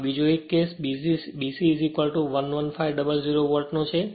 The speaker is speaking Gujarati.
હવે બીજો 1 કેસ BC 11500 વોલ્ટનો છે